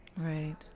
Right